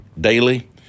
daily